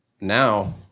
Now